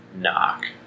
knock